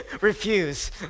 refuse